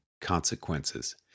consequences